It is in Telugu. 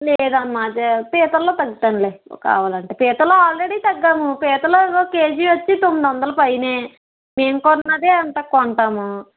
లేదమ్మా పీతల్లో తగ్గిద్దాంలే ఒక కావాలంటే పీతల్లో ఆల్రెడీ తగ్గాను పీతలు కేజీ వచ్చి తొమ్మిదొందలు పైనే మేము కొన్నదే అంతకొంటాము